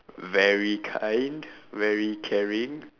very kind very caring